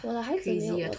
我的孩子没有